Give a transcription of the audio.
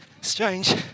strange